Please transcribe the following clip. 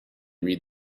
read